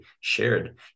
shared